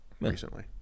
recently